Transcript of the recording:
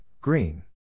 Green